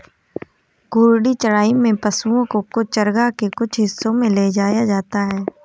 घूर्णी चराई में पशुओ को चरगाह के कुछ हिस्सों में ले जाया जाता है